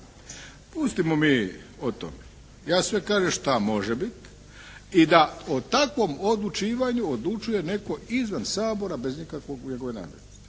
Pustimo mi o tome. Ja sve kažem šta može bit. I da o takvom odlučivanju odlučuje netko izvan Sabora bez nekakve njegove nadležnosti.